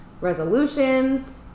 resolutions